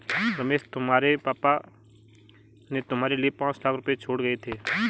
रमेश तुम्हारे पापा ने तुम्हारे लिए पांच लाख रुपए छोड़े गए थे